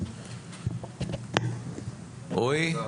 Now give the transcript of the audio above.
בבקשה.